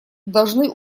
должны